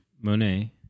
Monet